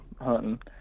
hunting